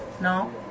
No